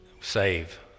Save